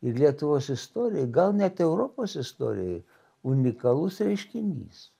ir lietuvos istorijoj gal net europos istorijoj unikalus reiškinys